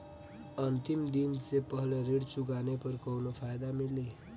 अंतिम दिन से पहले ऋण चुकाने पर कौनो फायदा मिली?